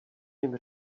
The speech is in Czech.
jim